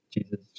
Jesus